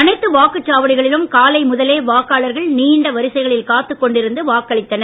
அனைத்து வாக்குச்சாவடிகளிலும் காலை முதலே வாக்காளர்கள் நீண்ட வரிசைகளில் காத்துக் கொண்டு வாக்களித்தனர்